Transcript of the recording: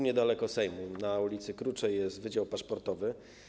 Niedaleko Sejmu, na ul. Kruczej jest wydział paszportowy.